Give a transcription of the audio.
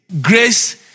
grace